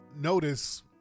notice